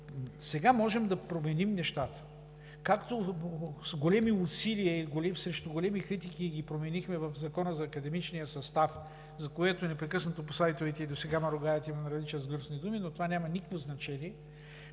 сега можем да променим нещата. Както с големи усилия и срещу големи критики ги променихме в Закона за академичния състав, за което непрекъснато представителите му и досега ме ругаят и ме наричат с грозни думи, но това няма никакво значение,